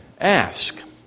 ask